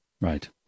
Right